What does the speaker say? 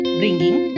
bringing